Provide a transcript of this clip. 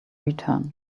return